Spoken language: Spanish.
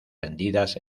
vendidas